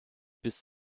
bis